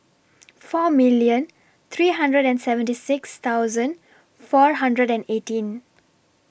four million three hundred and seventy six thousand four hundred and eighteen